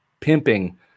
pimping